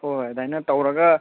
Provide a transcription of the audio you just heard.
ꯍꯣꯏ ꯑꯗꯨꯃꯥꯏꯅ ꯇꯧꯔꯒ